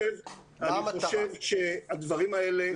אני חושב שבדברים האלה צריך להיות נתק.